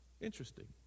Interesting